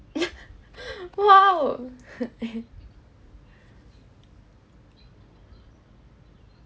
!wow!